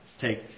take